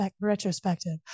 retrospective